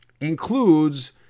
includes